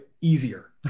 easier